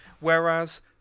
Whereas